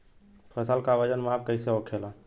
फसल का वजन माप कैसे होखेला?